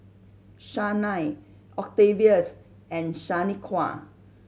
Shanae Octavius and Shaniqua